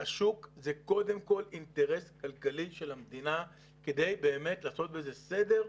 והשוק הוא קודם כל אינטרס כלכלי של המדינה כדי באמת לעשות בזה סדר.